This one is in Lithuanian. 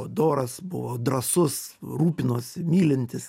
doras buvo drąsus rūpinosi mylintis